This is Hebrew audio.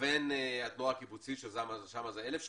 לבין התנועה הקיבוצית ששם זה 1,000 שקלים,